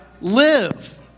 live